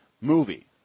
movie